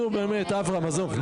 נו, באמת, אברהם, עזוב.